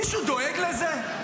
מישהו דואג לזה?